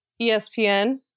ESPN